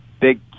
big